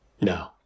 No